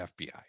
fbi